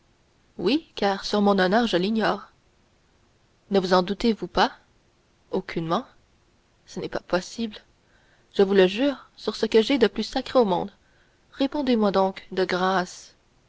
oui car sur mon honneur je l'ignore ne vous en doutez-vous pas aucunement ce n'est pas possible je vous le jure sur ce que j'ai de plus sacré monde répondez-moi donc de grâce